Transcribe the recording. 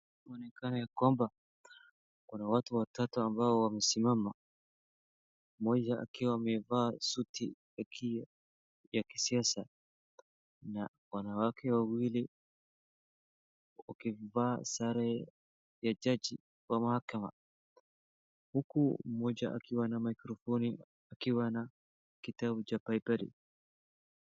Inaonekana ya kwamba kuna watu watatu ambao wamesimama, mmoja akiwa amevaa suti ya kisiasa na wanawake wawili wakivaa sare ya jaji wa mahakama. Huku mmoja akiwa na mikrofoni na akiwa na kitabu cha Baibeli .